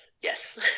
Yes